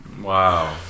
wow